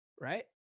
Right